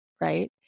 Right